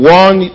one